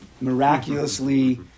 miraculously